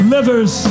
Livers